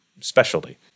specialty